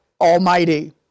Almighty